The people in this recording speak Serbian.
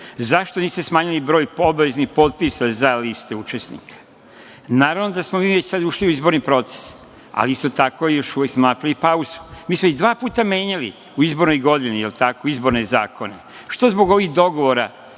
zašto niste smanjili broj obaveznih potpisa za liste učesnika? Naravno da smo mi sada već ušli u izborni proces, ali, isto tako, napravili smo i pauzu. Mi smo i dva puta menjali u izbornoj godini izborne zakone, što zbog ovih dogovora